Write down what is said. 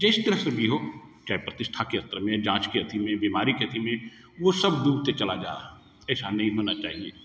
जिस तरह से भी हो चाहे प्रतिष्ठा के स्तर में जाँच के अथी में बीमारी के अथी में वो सब डूबते चला जा रहा ऐसा नहीं होना चाहिए